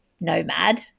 nomad